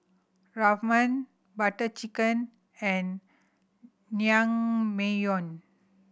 Ramen Butter Chicken and Naengmyeon